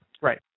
Right